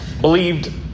believed